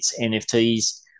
NFTs